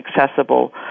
accessible